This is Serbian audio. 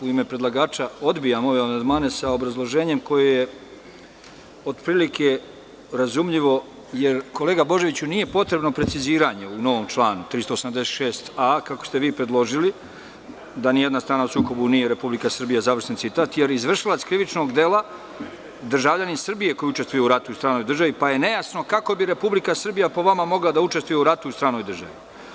U ime predlagača odbijam ove amandmane, sa obrazloženjem koje je otprilike razumljivo jer, kolega Božoviću, nije potrebno preciziranje u novom članu 386a, kako ste vi predložili da nijedna strana u sukobu nije Republika Srbija, završen citat, jer izvršilac krivičnog dela, državljanin Srbije koji učestvuje u ratu u stranoj državi, pa je nejasno kako bi Republika Srbija po vama mogla da učestvuje u ratu u stranoj državi.